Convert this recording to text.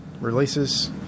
releases